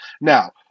Now